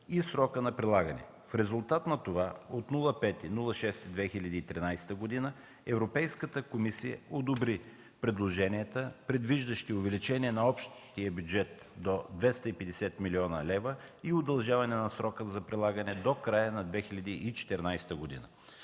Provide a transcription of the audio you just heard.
и срока на прилагане. В резултат на това от 5 юни 2013 г. Европейската комисия одобри предложенията, предвиждащи увеличение на общия бюджет – до 250 млн. лв., и удължаване на срока за прилагане до края на 2014 г.